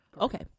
Okay